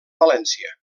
valència